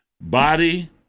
body